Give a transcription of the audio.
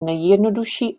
nejjednodušší